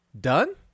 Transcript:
done